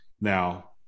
Now